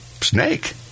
snake